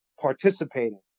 participating